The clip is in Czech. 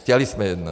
Chtěli jsme jednat.